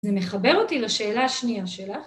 זה מחבר אותי לשאלה השנייה שלך.